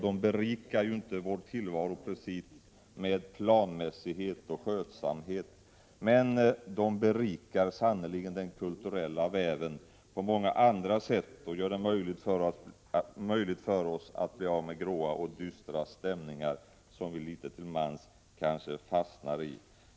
De berikar inte precis vår tillvaro med planmässighet och skötsamhet, men de berikar sannerligen den kulturella världen på många andra sätt och gör det möjligt för oss att bli av med de grå och dystra stämningar som vi kanske litet till mans kan fastna i.